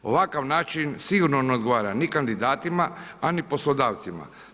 Ovakav način sigurno ne odgovara, ni kandidatima ni poslodavcima.